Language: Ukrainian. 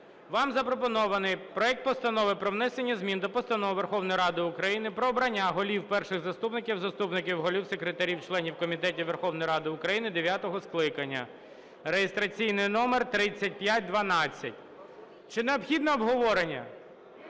Вам запропонований проект Постанови про внесення змін до Постанови Верховної Ради України "Про обрання голів, перших заступників, заступників голів, секретарів, членів комітетів Верховної Ради України дев’ятого скликання" (реєстраційний номер 3512). Чи необхідне обговорення?